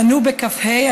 חנו בכ"ה,